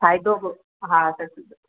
फ़ाइदो बि हा सची ॻाल्हि